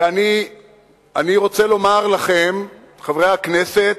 ואני רוצה לומר לכם, חברי הכנסת,